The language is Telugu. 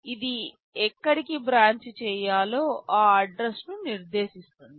ఇది ఎక్కడికి బ్రాంచ్ చేయాలో ఆ అడ్రస్ ను నిర్దేశిస్తుంది